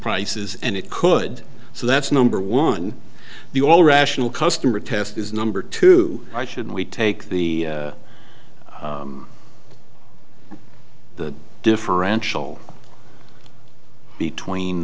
prices and it could so that's number one the all rational customer test is number two i should we take the the differential between